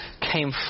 came